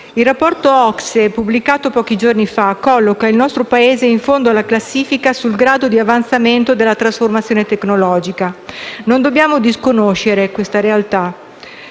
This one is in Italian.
Il rapporto OCSE pubblicato pochi giorni fa colloca il nostro Paese in fondo alla classifica sul grado di avanzamento della trasformazione tecnologica. Non dobbiamo disconoscere questa realtà.